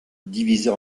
divisés